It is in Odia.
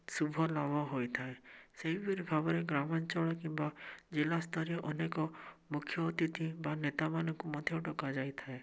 ଶୁଭ ଲାଭ ହୋଇଥାଏ ସେହିପରି ଭାବରେ ଗ୍ରାମାଞ୍ଚଳ କିମ୍ବା ଜିଲ୍ଲାସ୍ତରୀୟ ଅନେକ ମୁଖ୍ୟ ଅତିଥି ବା ନେତାମାନଙ୍କୁ ମଧ୍ୟ ଡ଼କାଯାଇଥାଏ